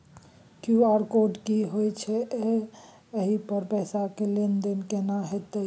QR code की होयत छै एहि पर पैसा के लेन देन केना होयत छै?